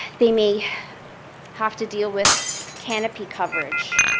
they may have to deal with canopy coverage,